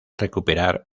recuperar